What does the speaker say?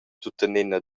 tuttenina